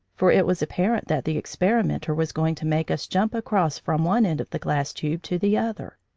for it was apparent that the experimenter was going to make us jump across from one end of the glass tube to the other.